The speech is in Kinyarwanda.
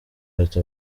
bati